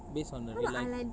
based on the real life